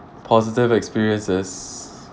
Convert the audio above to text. positive experiences